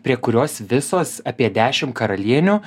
prie kurios visos apie dešimt karalienių